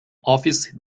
office